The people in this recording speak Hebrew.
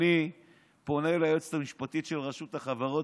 אני פונה ליועצת המשפטית של רשות החברות,